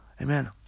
Amen